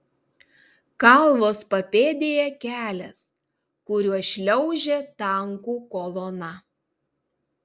kalvos papėdėje kelias kuriuo šliaužia tankų kolona